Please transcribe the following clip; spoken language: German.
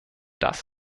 das